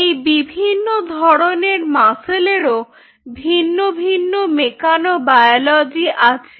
এই বিভিন্ন ধরনের মাসলেরও ভিন্ন ভিন্ন মেকানোবায়োলজি আছে